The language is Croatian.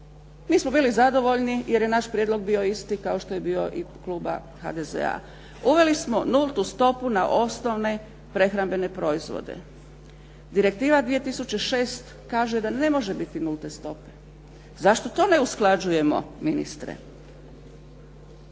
Mi smo bili zadovoljni jer je naš prijedlog bio isti kao što je bio i kluba HDZ-a. Uveli smo nultu stopu na osnovne prehrambene proizvode. Direktiva 2006 kaže da ne može biti nulte stope. Zašto to ne usklađujemo, ministre?